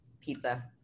Pizza